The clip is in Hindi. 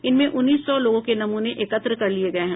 इनमें उन्नीस सौ लोगों के नमूने एकत्र कर लिये गये हैं